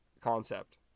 concept